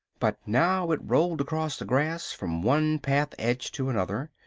but now it rolled across the grass from one path-edge to another.